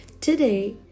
today